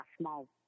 small